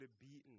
beaten